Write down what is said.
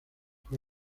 fue